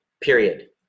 period